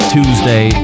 Tuesday